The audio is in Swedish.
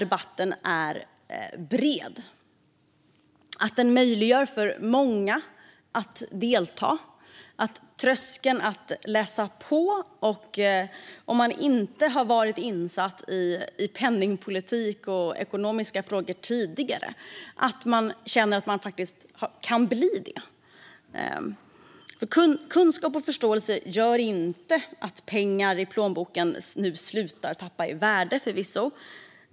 Det är viktigt att den möjliggör för många att delta och att den sänker tröskeln för att läsa på. Om man inte har varit insatt i penningpolitik och ekonomiska frågor tidigare ska man känna att man kan bli det. Kunskap och förståelse gör förvisso inte att pengarna i plånboken slutar att tappa i värde.